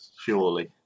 Surely